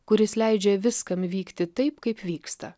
kuris leidžia viskam vykti taip kaip vyksta